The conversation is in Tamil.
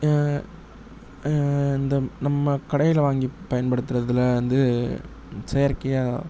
இந்த நம்ம கடையில் வாங்கிப் பயன்படுத்துறதில் வந்து செயற்கையாக